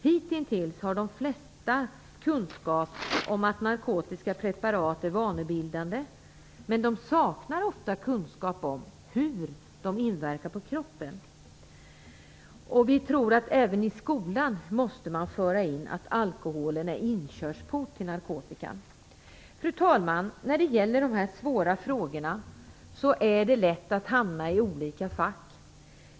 Hitintills har de flesta kunskap om att narkotiska preparat är vanebildande, men man saknar ofta kunskap om hur de inverkar på kroppen. Vi tror att det även i skolan måste föras in att alkohol är inkörsport till narkotika. Fru talman! När det gäller dessa svåra frågor är det lätt att hamna i olika fack.